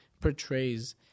portrays